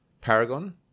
Paragon